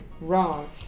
Wrong